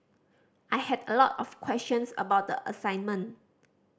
I had a lot of questions about the assignment